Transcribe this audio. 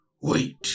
Wait